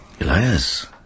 Elias